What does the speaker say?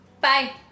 Bye